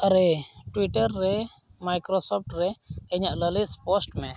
ᱟᱨᱮ Twitter ᱨᱮ Microsoft ᱨᱮ ᱤᱧᱟᱹᱜ ᱞᱟᱹᱞᱤᱥ ᱯᱳᱥᱴ ᱢᱮ